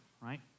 right